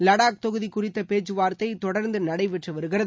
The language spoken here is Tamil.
லடாக் தொகுதி குறித்த பேச்சுவார்த்தை தொடர்ந்து நடைபெற்று வருகிறது